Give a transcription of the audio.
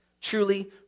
Truly